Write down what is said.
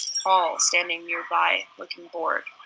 paul standing nearby, looking bored.